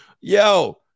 Yo